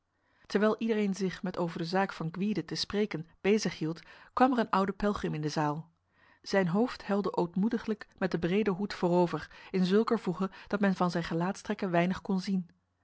terwijl iedereen zich met over de zaak van gwyde te spreken bezig hield kwam er een oude pelgrim in de zaal zijn hoofd helde ootmoediglijk met de brede hoed voorover in zulker voege dat men van zijn gelaatstrekken weinig kon zien